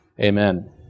Amen